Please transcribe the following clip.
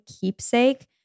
keepsake